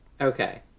Okay